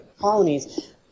colonies